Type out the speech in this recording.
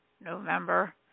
November